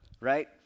right